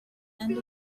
end